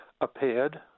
appeared